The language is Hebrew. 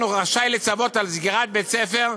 החינוך רשאי לצוות על סגירת בית-ספר,